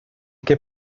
què